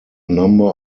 number